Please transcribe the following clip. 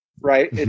right